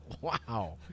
Wow